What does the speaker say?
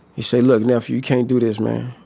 he said, look, now if you can't do this man,